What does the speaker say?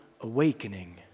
awakening